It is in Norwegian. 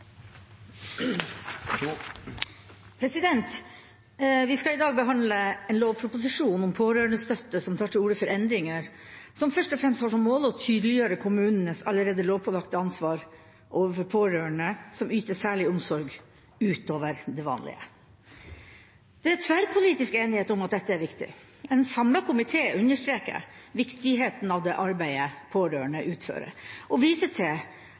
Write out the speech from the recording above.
Vi skal i dag behandle en lovproposisjon om pårørendestøtte som tar til orde for endringer som først og fremst har som mål å tydeliggjøre kommunenes allerede lovpålagte ansvar overfor pårørende som yter særlig omsorg utover det vanlige. Det er tverrpolitisk enighet om at dette er viktig. En samlet komité understreker viktigheten av det arbeidet pårørende utfører, og viser til